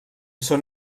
són